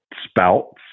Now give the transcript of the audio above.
spouts